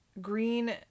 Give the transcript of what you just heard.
green